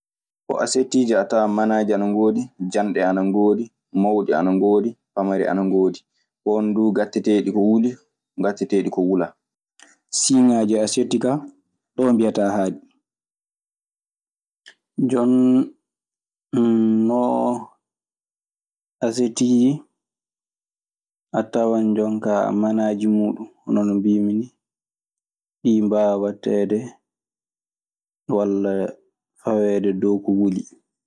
Bon! asettiiji a tawan manaaji ana woodi e janɗe ana ngoodi, mawɗi ana ngoodi pamari ana ngoodi. Won duu ngatteteeɗi ko wuli e ngatteteeɗi ko wulaa. Siiŋaaji asetti kaa, ɗoo mbiyataa haaɗi. Jon non asettiiji a tawan jonkaa, manaaji muuɗun hono no mbiimi nii, ɗii mbaawa watteede walla faweede e ko wuli.